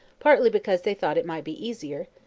partly because they thought it might be easier,